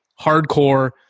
hardcore